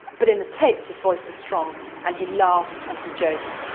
but in the tapes his voice is strong and he laughs and he jokes,